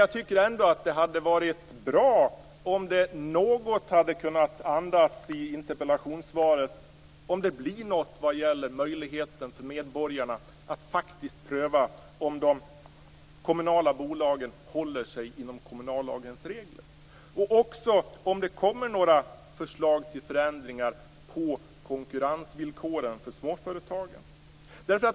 Jag tycker ändå att det hade varit bra om man i interpellationssvaret hade andats något om det blir något förslag vad gäller möjligheten för medborgarna att faktiskt pröva om de kommunala bolagen håller sig inom kommunallagens regler och om det kommer några förslag till förändringar av konkurrensvillkoren för småföretagen.